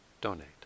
donate